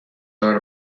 دار